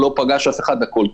הוא לא פגש אף אחד והכול טוב.